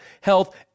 health